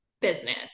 business